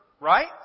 Right